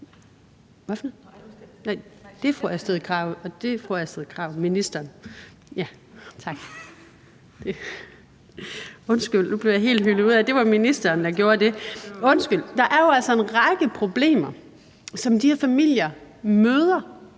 er inde på, en række problemer, som de her familier møder